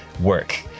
work